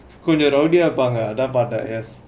கொஞ்சம்:konjam rowdy ah இருப்பாங்க:irupaangga